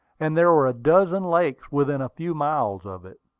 and there were a dozen lakes within a few miles of it.